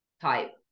type